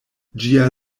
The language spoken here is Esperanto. ĝia